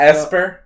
Esper